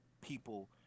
people